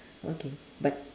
okay but